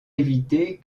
éviter